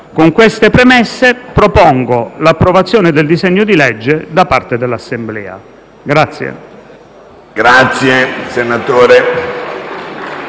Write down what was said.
Con queste premesse propongo l'approvazione del disegno di legge da parte dall'Assemblea.